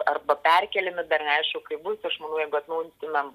arba perkeliami dar neaišku kaip bus aš manau jeigu atnaujintumėm